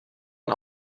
man